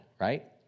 right